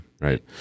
Right